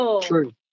true